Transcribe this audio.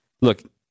Look